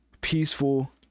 peaceful